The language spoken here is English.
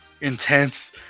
intense